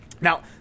Now